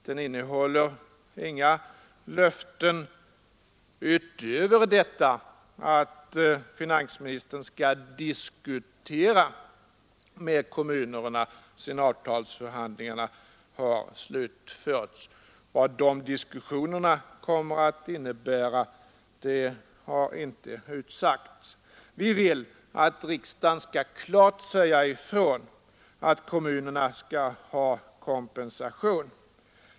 Den innehåller inga löften utöver detta att finansministern skall diskutera med kommunerna, sedan avtalsförhandlingarna är slutförda. Vad de diskussionerna kommer att innebära har inte utsagts. Vi vill att riksdagen klart skall säga ifrån att kommunerna skall ha kompensation.